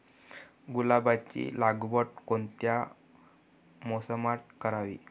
गुलाबाची लागवड कोणत्या मोसमात करावी?